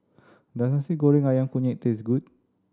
does Nasi Goreng Ayam Kunyit taste good